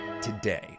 today